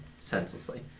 senselessly